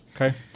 Okay